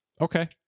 Okay